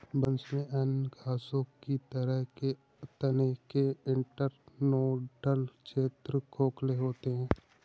बांस में अन्य घासों की तरह के तने के इंटरनोडल क्षेत्र खोखले होते हैं